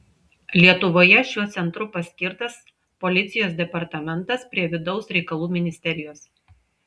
lietuvoje šiuo centru paskirtas policijos departamentas prie vidaus reikalų ministerijos